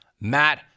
Matt